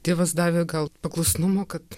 tėvas davė gal paklusnumo kad